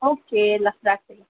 okay ल राखेँ ल